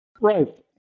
Right